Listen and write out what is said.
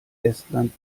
estland